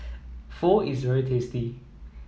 Pho is very tasty